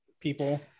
people